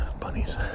Bunnies